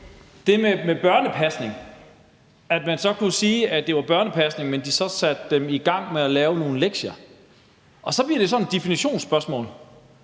det med børnepasning, altså at man så kunne sige, at det var børnepasning, men at de så satte dem i gang med at lave nogle lektier. Så bliver det sådan et definitionsspørgsmål.